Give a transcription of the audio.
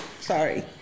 Sorry